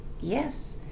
yes